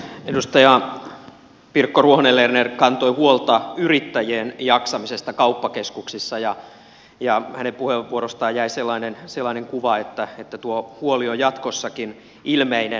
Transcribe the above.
edustaja pirkko ruohonen lerner kantoi huolta yrittäjien jaksamisesta kauppakeskuksissa ja hänen puheenvuorostaan jäi sellainen kuva että tuo huoli on jatkossakin ilmeinen